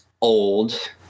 old